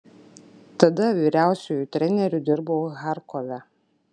tada vyriausiuoju treneriu dirbau charkove